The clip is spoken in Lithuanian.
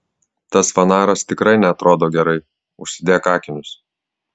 tas fanaras tikrai neatrodo gerai užsidėk akinius